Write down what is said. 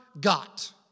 got